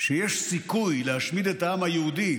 שיש סיכוי להשמיד את העם היהודי